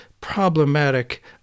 problematic